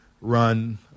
run